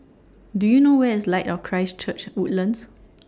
Do YOU know Where IS Light of Christ Church Woodlands